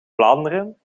vlaanderen